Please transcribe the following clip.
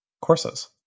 courses